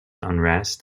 unrest